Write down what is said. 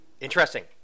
Interesting